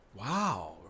Wow